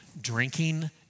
drinking